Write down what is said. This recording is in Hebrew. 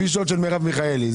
כבישות של מרב מיכאלי.